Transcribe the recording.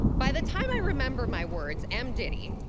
by the time i remember my words, m. diddy,